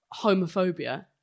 homophobia